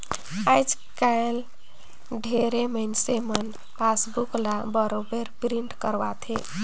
आयज कायल ढेरे मइनसे मन पासबुक ल बरोबर पिंट करवाथे